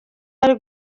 yari